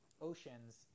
oceans